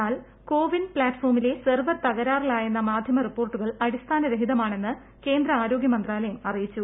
എന്നാൽ കോവിൻ പ്ലാറ്റ്ഫോമിലെ സെർവർ തകരാറിലായെന്ന മാധ്യമ റിപോർട്ടുകൾ അടിസ്ഥാന രഹിതമാണെന്ന് കേന്ദ്ര ആരോഗ്യ മന്ത്രാലയം അറിയിച്ചു